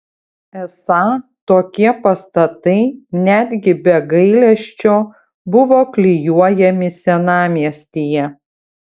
esą tokie pastatai netgi be gailesčio buvo klijuojami senamiestyje